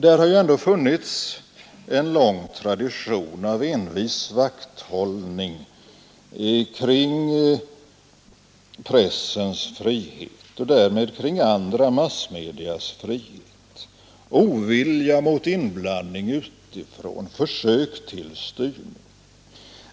Där har ju ändå funnits en lång tradition av envis vakthållning kring pressens frihet och därmed kring andra massmedias frihet, en ovilja mot inblandning utifrån, mot försök till styrning.